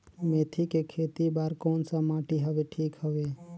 मेथी के खेती बार कोन सा माटी हवे ठीक हवे?